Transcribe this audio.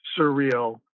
surreal